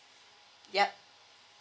yup